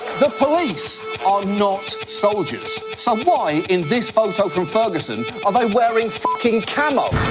the police are not soldiers. so why, in this photo from ferguson, are they wearing fucking camo?